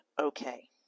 okay